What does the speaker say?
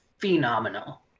phenomenal